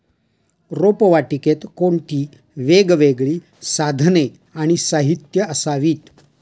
रोपवाटिकेत कोणती वेगवेगळी साधने आणि साहित्य असावीत?